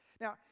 now